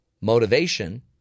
motivation